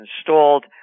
installed